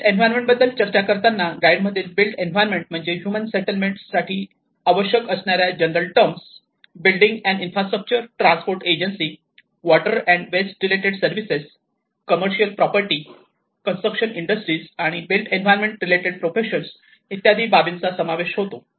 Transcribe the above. build environment बद्दल चर्चा करताना गाईड मधील बिल्ड एन्व्हायरमेंट म्हणजे ह्यूमन सेटलमेंट साठी आवश्यक असणाऱ्या general term building and infrastructure transport energy water and waste related services commercial property construction industries आणि बिल्ड एन्व्हायरमेंट रिलेटेड प्रोफेशन इत्यादी बाबींचा समावेश होतो